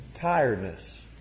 tiredness